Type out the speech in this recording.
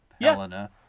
Helena